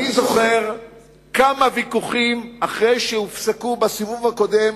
כמה ויכוחים אחרי שהופסקו בסיבוב הקודם